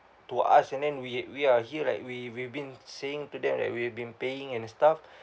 to us and then we we are here like we we've been saying to them that we've been paying and stuff